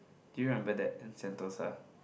do you remember that in Sentosa